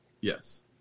yes